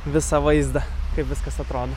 visą vaizdą kaip viskas atrodo